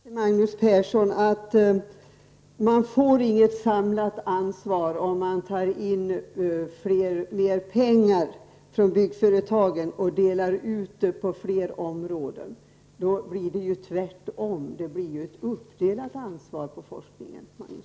Herr talman! Jag vill bara till Magnus Persson säga att man inte får något samlat ansvar om man tar in mer pengar från byggföretagen och fördelar dem på flera områden. Då blir ju tvärtom ansvaret för forskningen uppdelat.